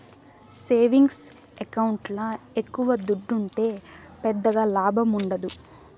savings ఎకౌంట్ల ఎక్కవ దుడ్డుంటే పెద్దగా లాభముండదు